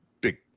big